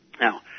Now